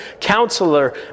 Counselor